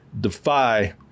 defy